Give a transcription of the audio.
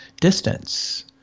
distance